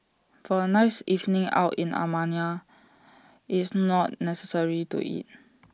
for A nice evening out in Armenia IT is not necessary to eat